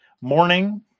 morning